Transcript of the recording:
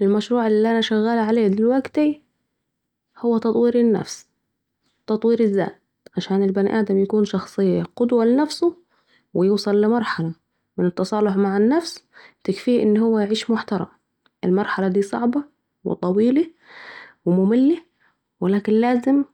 والله المشروع الي أعمل عليه حالياً هو تطوير النفس تطوير الذات علشان البني آدم يكون قدوة لنفسه و يوصل مرحله من التصالح مع النفس ويوصل لمرحله من التصالح مع النفس تكفيه أن هو يعيش محترم، المرحلة دي صعبة و طويلة ممله ولكن لازم